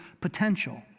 potential